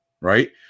right